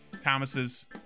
thomas's